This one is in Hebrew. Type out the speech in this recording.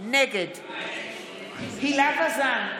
נגד הילה שי וזאן,